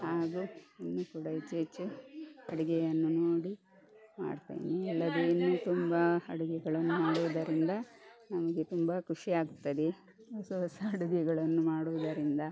ಹಾಗು ಇನ್ನು ಕೂಡ ಹೆಚ್ಚು ಹೆಚ್ಚು ಅಡುಗೆಯನ್ನು ನೋಡಿ ಮಾಡ್ತೇನೆ ಇನ್ನೂ ತುಂಬ ಅಡುಗೆಗಳನ್ನು ಮಾಡುವುದರಿಂದ ನನಗೆ ತುಂಬ ಖುಷಿಯಾಗ್ತದೆ ಹೊಸ ಹೊಸ ಅಡುಗೆಗಳನ್ನು ಮಾಡುವುದರಿಂದ